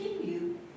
continue